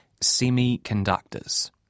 semiconductors